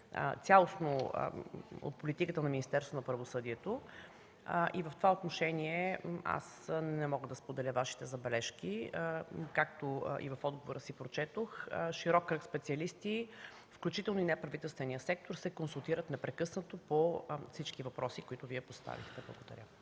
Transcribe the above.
цялостно от политиката на Министерството на правосъдието. В това отношение не мога да споделя Вашите забележки. Както и в отговора си прочетох, широк кръг специалисти, включително и неправителственият сектор, се консултират непрекъснато абсолютно по всички въпроси, които Вие поставихте. Благодаря.